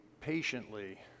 patiently